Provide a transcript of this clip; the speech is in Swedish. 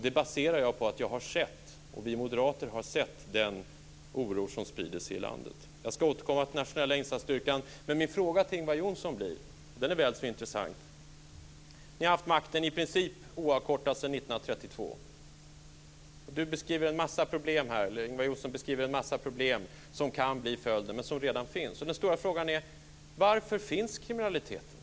Det baserar jag på att jag har sett, vi moderater har sett, den oro som sprider sig i landet. Jag ska återkomma till den nationella insatsstyrkan, men jag har en fråga till Ingvar Johnsson, och den är väl så intressant. Ni har haft makten i princip oavkortat sedan 1932, och Ingvar Johnsson beskriver en massa problem som kan bli följden men som redan finns. Frågan är: Varför finns kriminaliteten?